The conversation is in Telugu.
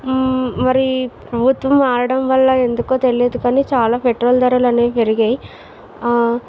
మరీ ప్రభుత్వం మారడం వల్ల ఎందుకో తెలియదు కానీ చాలా పెట్రోల్ ధరలు అని పెరిగాయి